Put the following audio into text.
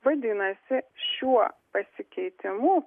vadinasi šiuo pasikeitimu